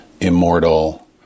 immortal